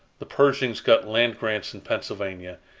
the pershings got land grants in pennsylvania,